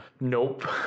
Nope